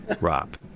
rob